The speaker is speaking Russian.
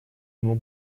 ему